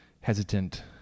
hesitant